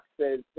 says